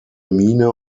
mine